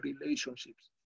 relationships